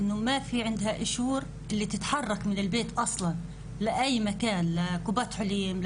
ביקורים בסיסיים כמו לקופת חולים,